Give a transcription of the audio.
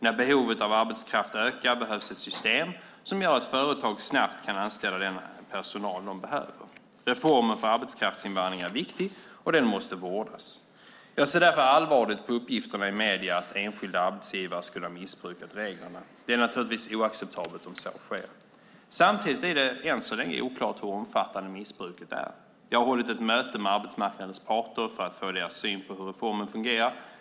När behovet av arbetskraft ökar behövs ett system som gör att företag snabbt kan anställa den personal de behöver. Reformen för arbetskraftinvandring är viktig, och den måste vårdas. Jag ser därför allvarligt på uppgifterna i medierna att enskilda arbetsgivare skulle ha missbrukat reglerna. Det är naturligtvis oacceptabelt om så sker. Samtidigt är det än så länge oklart hur omfattande missbruket är. Jag har hållit ett möte med arbetsmarknadens parter för att få deras syn på hur reformen fungerar.